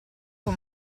con